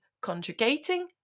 conjugating